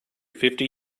fifty